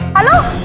hello.